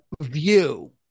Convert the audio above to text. View